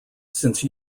since